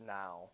now